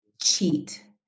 cheat